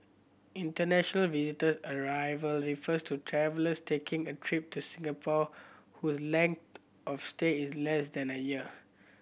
international visitor arrival refer to travellers taking a trip to Singapore whose length of stay is less than a year